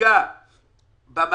הרי לא